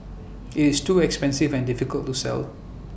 IT is too expensive and difficult to sell